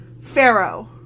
Pharaoh